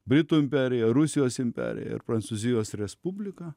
britų imperija rusijos imperija ir prancūzijos respublika